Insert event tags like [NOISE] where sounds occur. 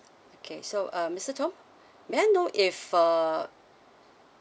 okay so uh mister tom [BREATH] may I know if uh